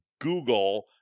google